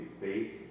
faith